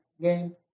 game